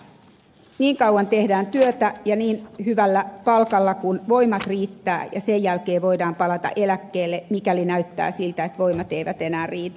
niin kauan tehdään työtä ja niin hyvällä palkalla kuin voimat riittävät ja sen jälkeen voidaan palata eläkkeelle mikäli näyttää siltä että voimat eivät enää riitä